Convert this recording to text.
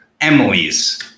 Emily's